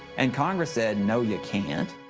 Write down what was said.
and congress said, no, you can't.